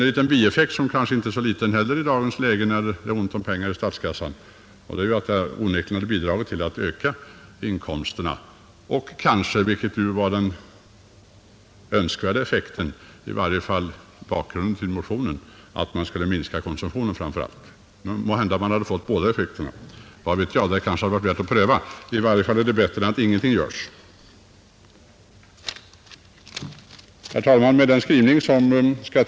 Om motionens förslag hade bifallits skulle det också ha kunnat få en i dagens läge inte så obetydlig bieffekt, när det är så ont om pengar i statskassan, nämligen att den högre skatten ju skulle ha ökat inkomsterna. Samtidigt skulle den måhända — och det var den effekten vi motionärer först och främst eftersträvade, eller i varje fall var det bakgrunden till vår motion — ha minskat mellanölskonsumtionen. Kanske hade vi då fått båda effekterna, vad vet jag? Men det hade varit värt att pröva. I varje fall hade det varit bättre än att ingenting göra alls. Herr talman!